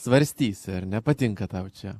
svarstysi ar ne patinka tau čia